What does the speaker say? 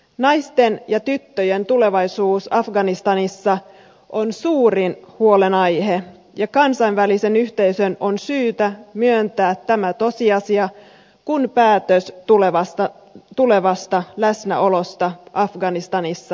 naisten ja tyttöjen tulevaisuus afganistanissa on suurin huolenaihe ja kansainvälisen yhteisön on syytä myöntää tämä tosiasia kun päätös tulevasta läsnäolosta afganistanissa tehdään